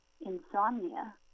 insomnia